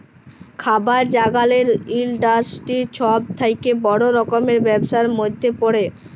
খাবার জাগালের ইলডাসটিরি ছব থ্যাকে বড় রকমের ব্যবসার ম্যধে পড়ে